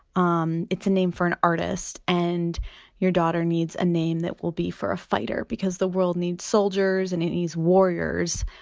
um it's a name for an artist and your daughter needs a name that will be for a fighter, because the world needs soldiers and it needs warriors,